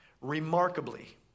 remarkably